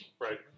right